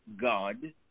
God